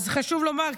אז חשוב לומר,